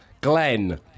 Glenn